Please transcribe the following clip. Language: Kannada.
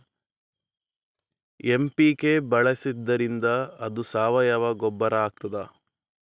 ಎಂ.ಪಿ.ಕೆ ಬಳಸಿದ್ದರಿಂದ ಅದು ಸಾವಯವ ಗೊಬ್ಬರ ಆಗ್ತದ?